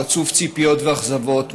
רצוף ציפיות ואכזבות,